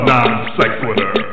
Non-Sequitur